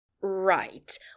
Right